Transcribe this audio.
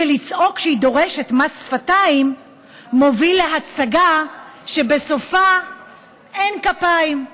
שלצעוק שהיא שדורשת מס שפתיים מוביל להצגה שבסופה אין כפיים.